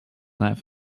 laugh